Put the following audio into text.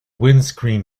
windscreen